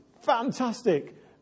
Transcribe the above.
fantastic